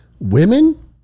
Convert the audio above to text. Women